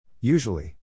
Usually